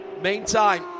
Meantime